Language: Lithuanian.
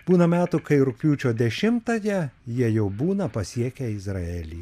būna metų kai rugpjūčio dešimtąją jie jau būna pasiekę izraelį